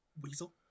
Weasel